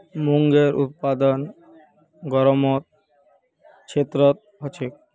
मूंगेर उत्पादन गरम क्षेत्रत ह छेक